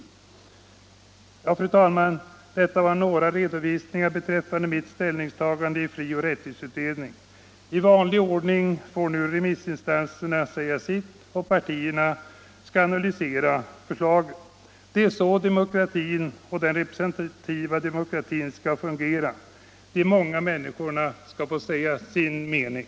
Ja, fru talman, detta var några redovisningar beträffande mitt ställningstagande i frioch rättighetsutredningen. I vanlig ordning får nu remissinstanserna säga sitt och partierna analysera förslagen. Det är så demokratin och den representativa demokratin skall fungera. De många människorna skall få säga sin mening.